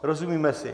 Rozumíme si.